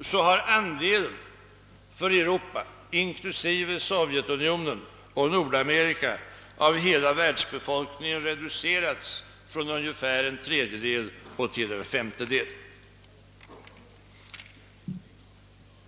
så har andelen för Europa, inklusive Sovjetunionen, och Nordamerika av hela världsbefolkningen reducerats från unsefär en tredjedel till en femtedel.